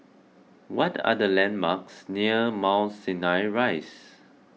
what are the landmarks near Mount Sinai Rise